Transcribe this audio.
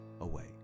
away